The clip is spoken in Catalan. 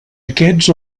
aquests